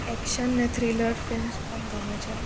action ને thriller films પણ ગમે છે